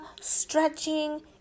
stretching